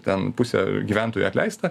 ten pusė gyventojų atleista